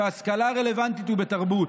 בהשכלה רלוונטית ובתרבות.